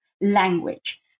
language